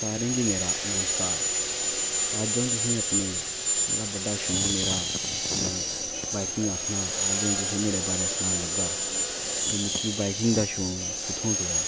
सारे गी मेरा नमस्कार अज्ज अ'ऊं तुसेंई अपनी बड़ा बड्डा शौक मेरा अज्ज अ'ऊं तुसेंई नुहाड़े बारे च सनान लगां कि मिगी एह्दा शौक कुत्थूं पेआ